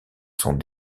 sont